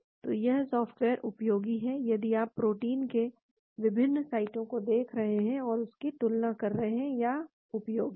तो यह सॉफ्टवेयर उपयोगी है यदि आप प्रोटीन के विभिन्न एक्टिव साइटों को देख रहे हैं और उनकी तुलना कर रहे हैं तो यह उपयोगी है